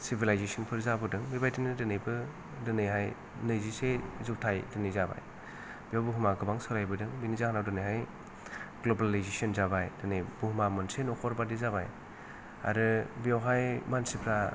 civilisation for जाबोदों बिबादिनो दिनैबो दिनैहाय नैजिसे जौथाइ दिनै जाबाय बे बुहुमा गोबां सोलायबोदों बेनि जाहोनाव दिनैहाय ग्लबेलाइजेसन जाबाय दिनै बुहुमा मोनसे न'खरबादि जाबाय आरो बियावहाय मानसिफ्रा